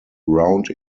round